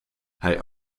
hij